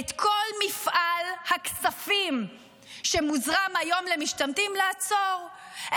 את כל מפעל הכספים שמוזרם היום למשתמטים, לעצור.